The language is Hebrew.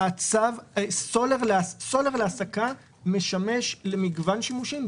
סולר להסקה משמש למגוון שימושים,